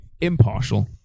impartial